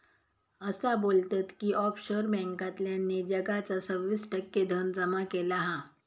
असा बोलतत की ऑफशोअर बॅन्कांतल्यानी जगाचा सव्वीस टक्के धन जमा केला हा